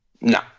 No